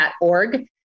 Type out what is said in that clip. org